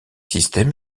système